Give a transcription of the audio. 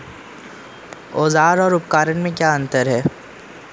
औज़ार और उपकरण में क्या अंतर है?